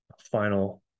final